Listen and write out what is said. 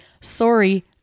sorry